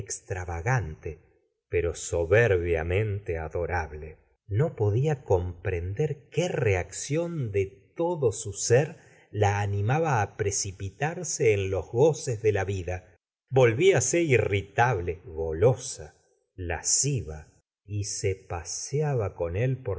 vagante pero soberbiamente adorable no podía comprender qué reacción de todo su sér la animaba á precipitarse en los goces de la vida volviase irritable golosa lasciva y se paseabacon él por